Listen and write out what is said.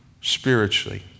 spiritually